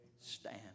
stand